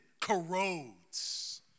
corrodes